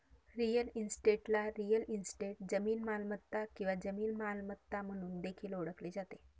real इस्टेटला real estate, जमीन मालमत्ता किंवा जमीन मालमत्ता म्हणून देखील ओळखले जाते